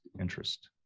interest